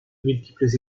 multiples